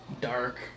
dark